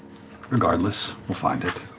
regardless, we'll find it.